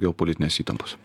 geopolitinės įtampos